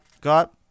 got